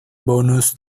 bonus